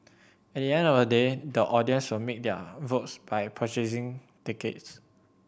at the end of the day the audience will make their votes by purchasing tickets